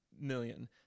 million